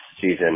season